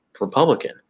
Republican